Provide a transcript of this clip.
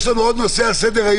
יש לנו עוד נושא על סדר-היום,